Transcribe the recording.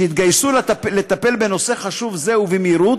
שהתגייסו לטפל בנושא חשוב זה, ובמהירות.